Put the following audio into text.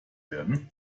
werden